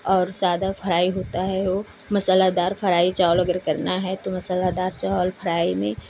और सादा फराइ होता है वो मसालादार अगर चावल फराइ करना है तो मसालादार चावल फराइ में